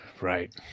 Right